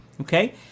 okay